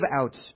out